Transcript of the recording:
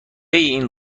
این